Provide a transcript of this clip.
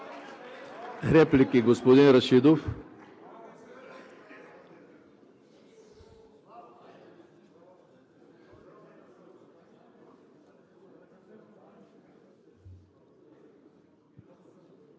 Реплики? Господин Рашидов.